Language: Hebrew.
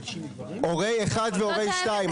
חברות וחברים,